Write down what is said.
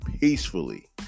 peacefully